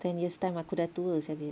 ten years time aku dah tua seh babe